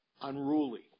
unruly